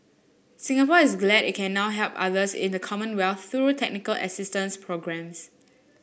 Singapore is glad it can now help others in the Commonwealth through technical assistance programmes